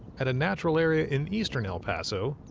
at a natural area in eastern el paso,